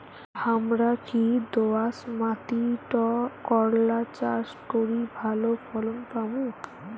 হামরা কি দোয়াস মাতিট করলা চাষ করি ভালো ফলন পামু?